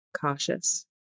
cautious